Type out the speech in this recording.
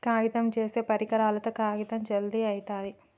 కాగితం చేసే పరికరాలతో కాగితం జల్ది అయితది